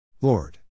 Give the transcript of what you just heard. Lord